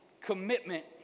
commitment